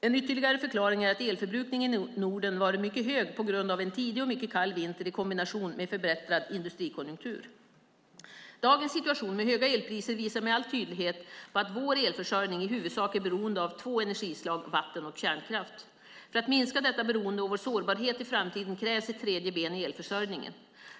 En ytterligare förklaring är att elförbrukningen i Norden varit mycket hög på grund av en tidig och mycket kall vinter i kombination med en förbättrad industrikonjunktur. Dagens situation med höga elpriser visar med all tydlighet att vår elförsörjning i huvudsak är beroende av två energislag: vatten och kärnkraft. För att minska detta beroende och vår sårbarhet i framtiden krävs ett tredje ben i elförsörjningen.